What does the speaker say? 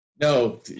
No